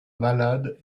malade